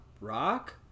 Rock